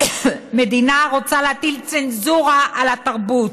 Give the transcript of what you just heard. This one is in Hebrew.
מדינה שרוצה להטיל צנזורה על התרבות,